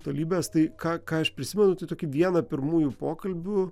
tolybes tai ką ką aš prisimenu kaip vieną pirmųjų pokalbių